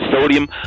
sodium